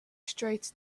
straight